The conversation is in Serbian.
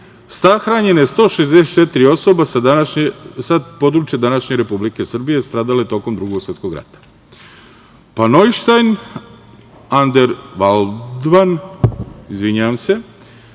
Sahranjeno je 164 osobe sa područja današnje Republike Srbije stradalo je tokom Drugog svetskog rata. Pa, Nojštajn, Andervaldman, izvinjavam se